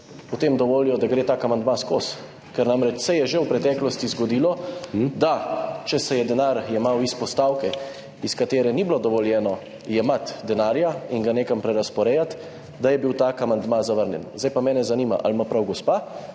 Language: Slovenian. potem dovolijo, da gre tak amandma skozi? Ker se je namreč že v preteklosti zgodilo, če se je denar jemal iz postavke, iz katere ni bilo dovoljeno jemati denarja in ga nekam prerazporejati, da je bil tak amandma zavrnjen. Zdaj pa mene zanima, ali ima prav gospa